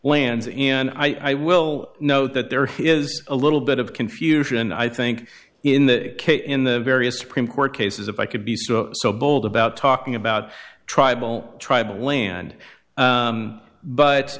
lands and i will note that there is a little bit of confusion i think in that in the various supreme court cases if i could be so bold about talking about tribal tribal land